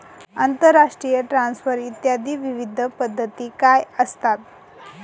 आंतरराष्ट्रीय ट्रान्सफर इत्यादी विविध पद्धती काय असतात?